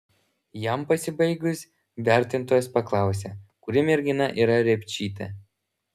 jam pasibaigus vertintojas paklausė kuri mergina yra repčytė